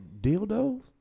dildos